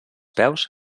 peus